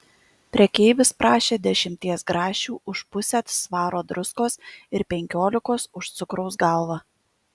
prekeivis prašė dešimties grašių už pusę svaro druskos ir penkiolikos už cukraus galvą